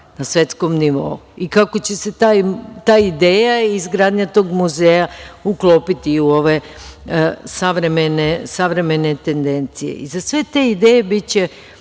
na svetskom nivou i kako će se ta ideja i izgradnja tog muzeja uklopiti u ove savremene tendencije.Za sve te ideje biće